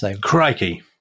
Crikey